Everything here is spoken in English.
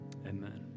Amen